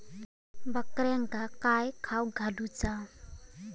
बकऱ्यांका काय खावक घालूचा?